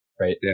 right